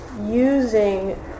using